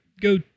go